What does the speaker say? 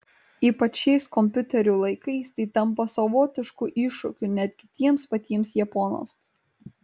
ypač šiais kompiuterių laikais tai tampa savotišku iššūkiu netgi tiems patiems japonams